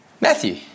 Matthew